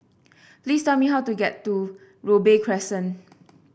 please tell me how to get to Robey Crescent